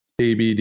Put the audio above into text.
ABD